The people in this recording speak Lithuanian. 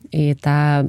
į tą